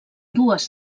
dues